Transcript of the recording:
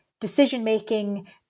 decision-making